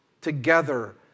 together